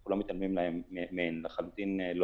אנחנו לא מתעלמים מהן, לחלוטין לא.